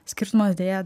skirtumas deja